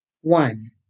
One